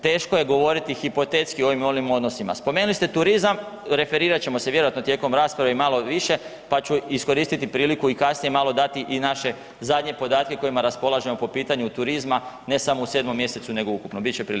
Teško je govoriti hipotetski o ovim ili onim odnosima, spomenuli ste turizam, referirat ćemo se vjerojatno tijekom rasprave i malo više pa ću iskoristiti priliku i kasnije malo dati i naše zadnje podatke kojima raspolažemo po pitanju turizma ne samo u 7. mjesecu nego ukupno, bit će prilike.